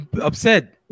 upset